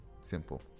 simple